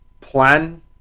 plan